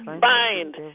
bind